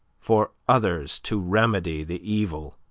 for others to remedy the evil,